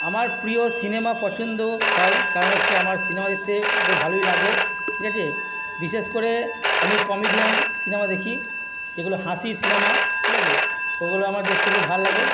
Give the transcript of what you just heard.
আমার প্রিয় সিনেমা পছন্দ হয় কারণ হচ্ছে আমার সিনেমা দেখতে ভালোই লাগে ঠিক আছে বিশেষ করে আমি কমেডিয়ান সিনেমা দেখি যেগুলো হাসির সিনেমা ঠিক আছে ওগুলো আমার দেখতে খুব ভাল লাগে